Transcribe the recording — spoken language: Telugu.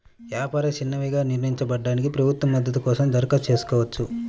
వ్యాపారాలు చిన్నవిగా నిర్వచించబడ్డాయి, ప్రభుత్వ మద్దతు కోసం దరఖాస్తు చేసుకోవచ్చు